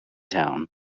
town